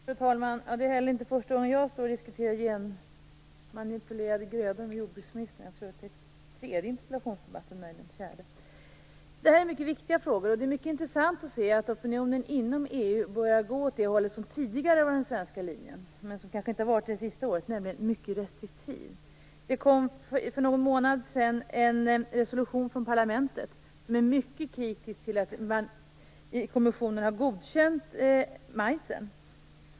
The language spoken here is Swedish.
Fru talman! Det är heller inte första gången jag diskuterar genmanipulerade grödor med jordbruksministern. Jag tror att det här för min del är den tredje interpellationsdebatten i den frågan, möjligen den fjärde. Det här är mycket viktiga frågor, och det är mycket intressant att se att opinionen inom EU börjar gå åt det håll som tidigare var den svenska linjen men som kanske inte har varit det under det senaste året, nämligen en mycket restriktiv hållning. Det kom för någon månad sedan en resolution från parlamentet som är mycket kritisk till att kommissionen har godkänt majsen.